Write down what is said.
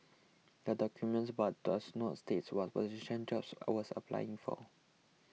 the document but does not state what position Jobs was applying for